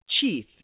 chief